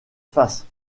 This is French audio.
fassent